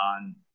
on